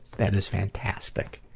that is fantastic!